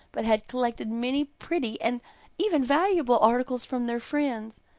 but had collected many pretty, and even valuable articles from their friends.